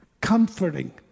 comforting